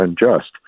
unjust